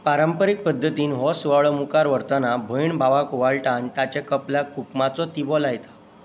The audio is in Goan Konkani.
पारंपरीक पद्दतीन हो सुवाळो मुखार व्हरतना भयण भावाक ओवाळटा आनी ताच्या कपलाक कुकमाचो तिबो लायता